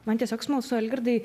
man tiesiog smalsu algirdai